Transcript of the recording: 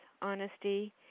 Honesty